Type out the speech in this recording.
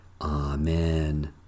Amen